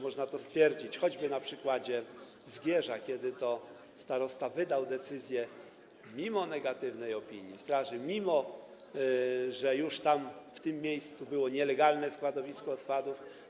Można to stwierdzić choćby na przykładzie Zgierza, kiedy to starosta wydał decyzję mimo negatywnej opinii straży, mimo że tam, w tym miejscu, było już nielegalne składowisko odpadów.